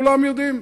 כולם יודעים.